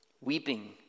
Weeping